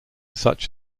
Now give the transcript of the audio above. such